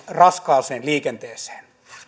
raskaaseen liikenteeseen